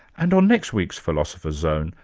and on next week's philosopher's zone,